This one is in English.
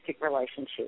relationship